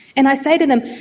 and i say to them,